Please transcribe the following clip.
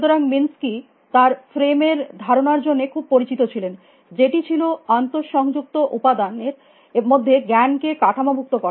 সুতরাং মিনসকি তার ফ্রেম এর ধারণার জন্য খুব পরিচিত ছিলেন যেটি ছিল আন্তঃসংযুক্ত উপাদান এর মধ্যে জ্ঞান কে কাঠামো ভুক্ত করা